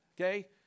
Okay